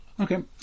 Okay